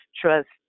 trust